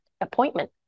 appointment